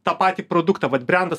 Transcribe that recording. tą patį produktą vat brendas